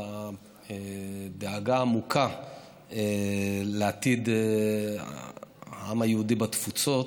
בדאגה העמוקה לעתיד העם היהודי בתפוצות.